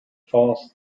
fast